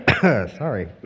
Sorry